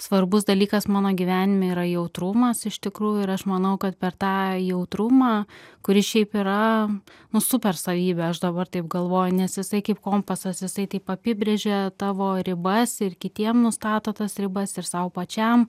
svarbus dalykas mano gyvenime yra jautrumas iš tikrųjų ir aš manau kad per tą jautrumą kuris šiaip yra nu super savybė aš dabar taip galvoju nes jisai kaip kompasas jisai taip apibrėžia tavo ribas ir kitiem nustato tas ribas ir sau pačiam